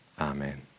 Amen